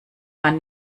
man